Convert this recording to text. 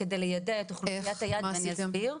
כדי ליידע את אוכלוסיית היעד ואני אסביר.